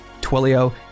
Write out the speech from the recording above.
Twilio